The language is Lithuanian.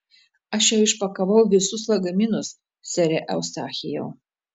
aš jau išpakavau visus lagaminus sere eustachijau